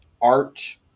art